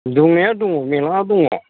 दंनाया दङ मेल्ला दङ